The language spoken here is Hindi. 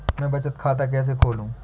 मैं बचत खाता कैसे खोलूँ?